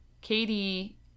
Katie